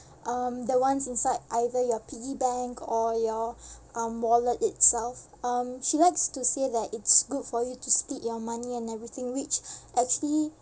um the ones inside either your piggy bank or your um wallet itself um she likes to say that it's good for you to split your money and everything which actually